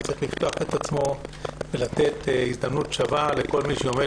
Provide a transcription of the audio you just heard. צריך לפתוח את עצמו ולתת הזדמנות שווה לכל מי שעומד